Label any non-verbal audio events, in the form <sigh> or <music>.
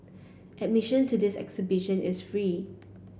admission to this exhibition is free <noise>